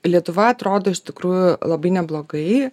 lietuva atrodo iš tikrųjų labai neblogai